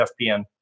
FPN